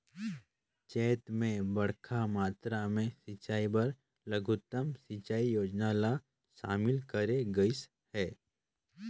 चैत मे बड़खा मातरा मे सिंचई बर लघुतम सिंचई योजना ल शामिल करे गइस हे